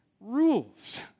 rules